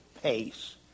pace